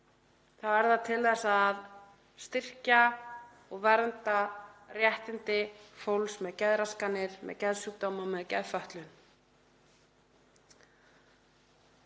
er það til þess að styrkja og vernda réttindi fólks með geðraskanir, með geðsjúkdóma, með geðfötlun.